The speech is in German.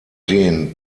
den